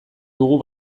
dugu